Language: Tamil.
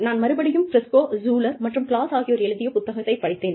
நான் மறுபடியும் பிரிஸ்கோ ஷூலர் மற்றும் கிளாஸ் ஆகியோர் எழுதிய புத்தகத்தை படித்தேன்